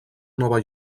nova